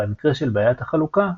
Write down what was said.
במקרה של בעיית החלוקה,